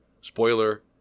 spoiler